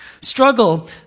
Struggle